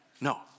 No